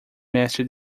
mestre